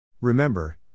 Remember